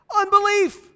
unbelief